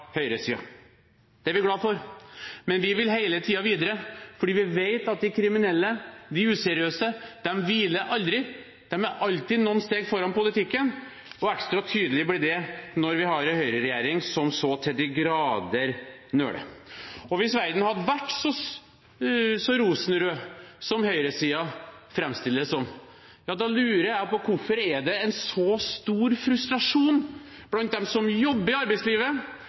Det er vi glad for. Men vi vil hele tiden videre, for vi vet at de kriminelle, de useriøse, de hviler aldri. De er alltid noen steg foran politikken, og ekstra tydelig blir det når vi har en høyreregjering som så til de grader nøler. Hvis verden hadde vært så rosenrød som høyresiden framstiller det som – ja, da lurer jeg på hvorfor det er en så stor frustrasjon blant dem som jobber i arbeidslivet,